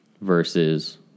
versus